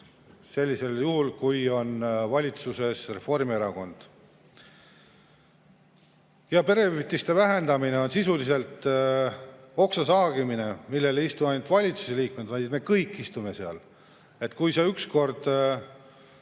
sellisel juhul, kui on valitsuses Reformierakond. Perehüvitiste vähendamine on sisuliselt oksa saagimine, millel ei istu ainult valitsuse liikmed, vaid me kõik istume seal. Kui see ükskord